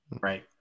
right